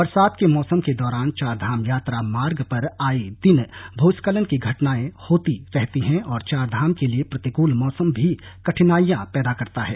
बरसात के मौसम के दौरान चारधाम यात्रा मार्ग पर आए दिन भुस्खलन की घटनाए होती रहती हैं और चारधाम के लिए प्रतिकल मौसम भी कठनाईयां पैदा करता है